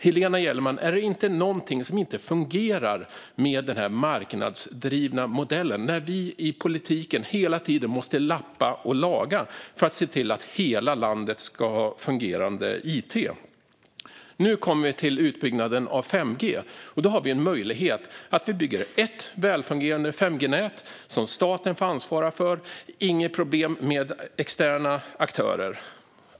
Helena Gellerman, är det inte någonting som inte fungerar med denna marknadsdrivna modell när vi i politiken hela tiden måste lappa och laga för att se till att hela landet ska ha fungerande it? Nu kommer vi till utbyggnaden av 5G. Då har vi en möjlighet att bygga ett välfungerande 5G-nät som staten får ansvara för - och inga problem med externa aktörer.